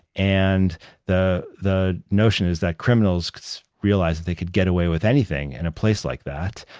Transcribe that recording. and the the notion is that criminals realize that they could get away with anything in a place like that,